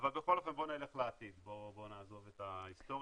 אבל בכל אופן בוא נלך לעתיד ונעזוב את ההיסטוריה.